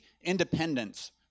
independence